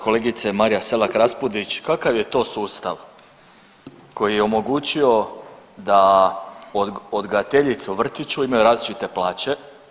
Kolegice Marija Selak Raspudić kakav je to sustav koji je omogućio da odgajateljice u vrtiću imaju različite plaće?